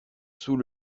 sous